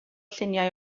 lluniau